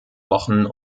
wochen